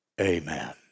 Amen